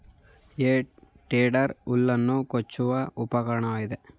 ಹೇ tedder ಹುಲ್ಲನ್ನು ಕೊಚ್ಚುವ ಉಪಕರಣವಾಗಿದೆ